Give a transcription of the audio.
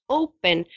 open